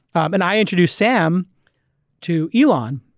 and i introduced sam to elon.